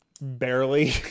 Barely